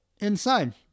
inside